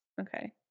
Okay